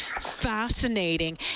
fascinating